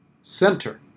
center